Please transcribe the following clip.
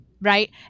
Right